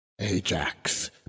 ajax